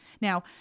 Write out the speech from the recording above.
Now